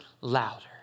louder